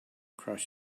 cross